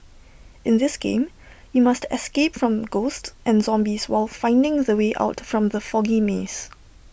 in this game you must escape from ghosts and zombies while finding the way out from the foggy maze